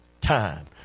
time